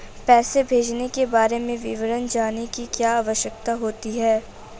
पैसे भेजने के बारे में विवरण जानने की क्या आवश्यकता होती है?